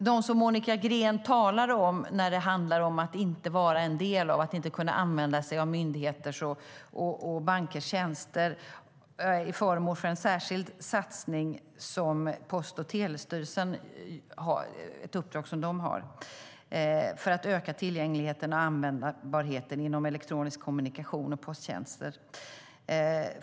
De som Monica Green talar om som inte kan använda sig av myndigheters och bankers tjänster är föremål för ett särskilt uppdrag som Post och telestyrelsen har för att öka tillgängligheten och användbarheten inom elektronisk kommunikation och posttjänster.